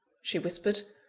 she whispered,